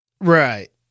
Right